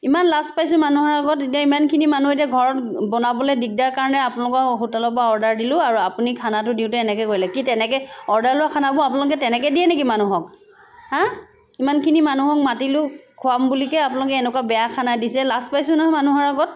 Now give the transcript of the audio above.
ইমান লাজ পাইছোঁ মানুহৰ আগত এতিয়া ইমানখিনি মানুহ এতিয়া ঘৰত বনাবলৈ দিগদাৰ কাৰণে আপোনালোকৰ হোটেলৰ পৰা অৰ্ডাৰ দিলোঁ আৰু আপুনি খানাটো দিওঁতে এনেকৈ কৰিলে কি তেনেকৈ অৰ্ডাৰ লোৱা খানাবো আপোনালোকে তেনেকৈ দিয়ে নেকি মানুহক হাঁ ইমানখিনি মানুহক মাতিলোঁ খুৱাম বুলিকৈ আপোনালোকে এনেকুৱা বেয়া খানা দিছে লাছ পাইছোঁ নহয় মানুহৰ আগত